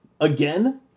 again